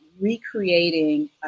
Recreating